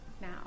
now